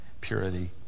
purity